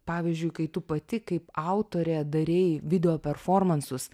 pavyzdžiui kai tu pati kaip autorė darei video performansus